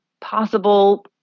possible